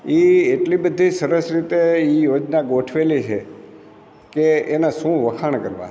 એ એટલી બધી સરસ રીતે એ યોજના ગોઠવેલી છે કે એના શું વખાણ કરવા